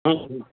हा ठीकु